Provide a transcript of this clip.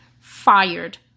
fired